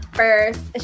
first